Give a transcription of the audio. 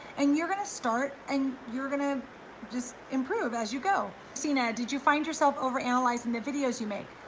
and you're gonna start and you're gonna just improve as you go. christina, did you find yourself over analyzing the videos you make?